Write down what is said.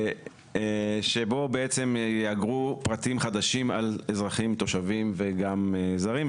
שבו ייאגרו פרטים חדשים על אזרחים תושבים וגם זרים.